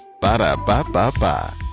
Ba-da-ba-ba-ba